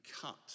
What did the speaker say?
cut